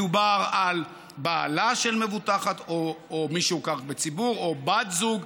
מדובר על בעלה של מבוטחת או מי שהוכר בציבור או בת זוג,